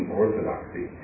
orthodoxy